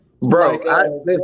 Bro